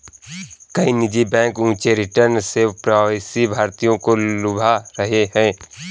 कई निजी बैंक ऊंचे रिटर्न से प्रवासी भारतीयों को लुभा रहे हैं